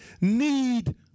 need